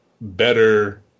better